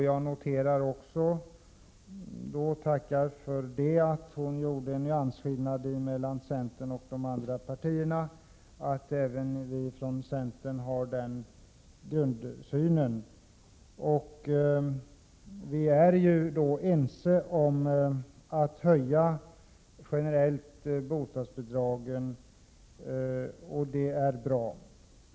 Jag noterar också och tackar för det att hon gjorde en nyansskillnad mellan centern och de andra partierna och framhöll att även vi i centern har den grundsynen. Vi är ju då ense om att generellt höja bostadsbidragen, och det är bra.